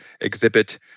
exhibit